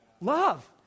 Love